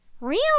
Real